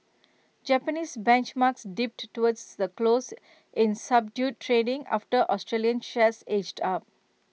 Japanese benchmarks dipped toward the close in subdued trading after Australian shares edged up